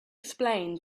explain